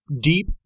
deep